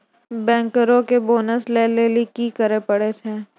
बैंकरो के बोनस लै लेली कि करै पड़ै छै?